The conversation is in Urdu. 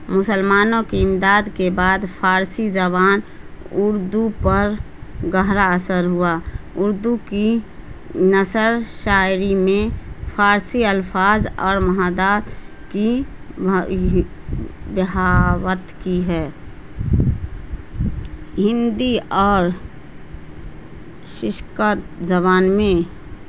مسلمانوں کی امداد کے بعد فارسی زبان اردو پر گہرا اثر ہوا اردو کی نثر شاعری میں فارسی الفاظ اور محاورات کی بہتات کی ہے ہندی اور شش کا زبان میں